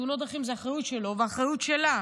תאונות דרכים זה אחריות שלו ואחריות שלה.